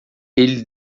ele